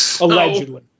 allegedly